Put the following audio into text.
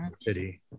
city